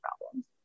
problems